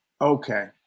Okay